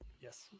Yes